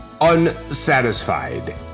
unsatisfied